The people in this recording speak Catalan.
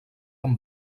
amb